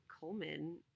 Coleman